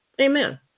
Amen